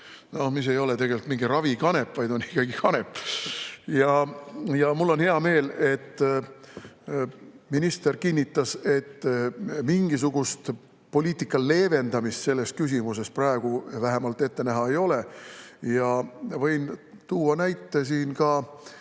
mis ei ole tegelikult mingi ravikanep, vaid on ikkagi kanep. Mul on hea meel, et minister kinnitas, et mingisugust poliitika leevendamist selles küsimuses praegu vähemalt ette näha ei ole. Võin tuua näite siin ka